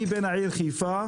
אני בן העיר חיפה,